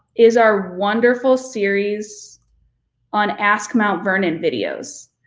is our wonderful series on ask mount vernon videos.